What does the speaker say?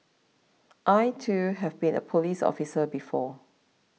I too have been a police officer before